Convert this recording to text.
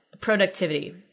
productivity